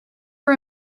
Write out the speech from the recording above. for